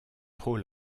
trop